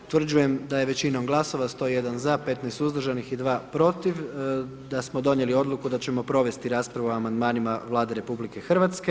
Utvrđujem da je većinom glasova, 101 za, 15 suzdržanih i 2 protiv, da smo donijeli odluku da ćemo provesti raspravu o amandmanima Vlade RH.